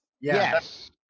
Yes